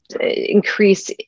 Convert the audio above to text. increase